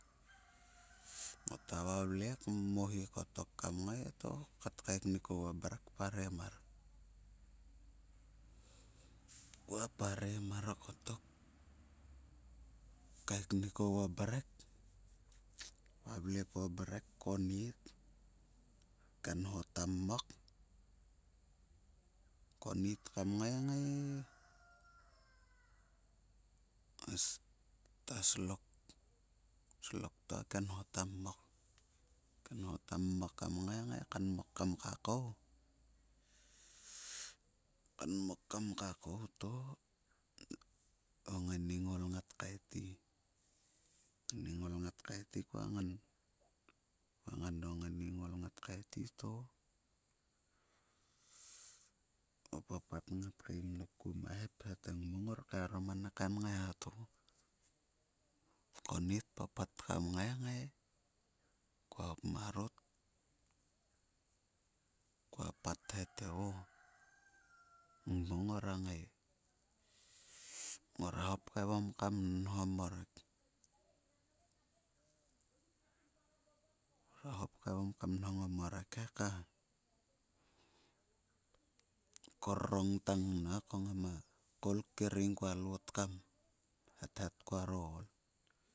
Ngota vavle kmomohi kottok kngai to parem kaeknuk oguo mrek. Kua parem mar kottok kaiknuk oguo mrek konnit a kenho a kenho ka mmok konnit kam ngai to slok to a kenho ta mmok. A kenho ta mmok kam ngai kngai kanmok kam kakou. Kanmokkam kakou to o ngainingol ngat kaeti. O ngainingol ngat kaetit to ngan o ngainingol ngat kaeti to o papat ngat kaem dok oguo ma hep te nmo ngor kaeharom ani kain ngaiha to. Konnit kpapat kam ngai, kngai to kua hop marot kua pat he. Ngmo ngora ngai ngora hop knonho o morek. Ngora nonho o morek he korrong tang na ko ngam koul kering kua lot kam hethet kuaro ol.